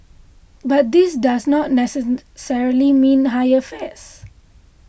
but this does not necessarily mean higher fares